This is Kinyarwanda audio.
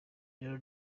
rero